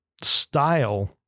style